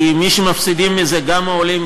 כי מי שמפסידים מזה זה גם העולים,